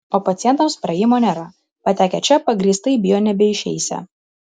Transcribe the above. o pacientams praėjimo nėra patekę čia pagrįstai bijo nebeišeisią